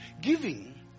giving